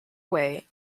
away